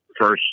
first